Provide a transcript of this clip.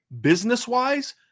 Business-wise